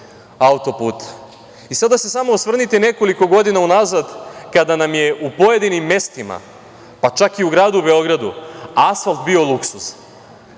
auto-puta. Sada se samo osvrnite nekoliko godina unazad, kada nam je u pojedinim mestima, pa čak i u gradu Beogradu, asfalt bio luksuz,